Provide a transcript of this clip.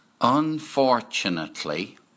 unfortunately